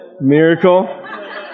miracle